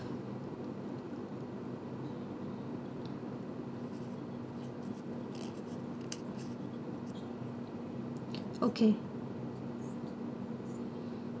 okay